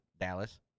Dallas